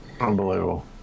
Unbelievable